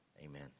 amen